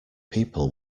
people